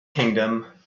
kingdom